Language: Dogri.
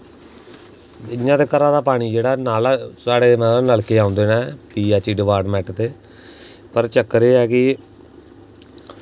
इ'यां ते घर दा पानी जेह्ड़ा साढ़े न नलके औंदे न पी ऐच्च ई डपार्टमैंट दे पर चक्कर एह् ऐ कि